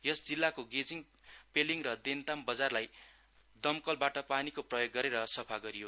यस जिल्लाको गेजिङ पेलिङ र देन्ताम बजारलाई दमकलबाट पानीको प्रयोग गरेर सफा गरियो